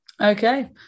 Okay